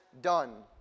done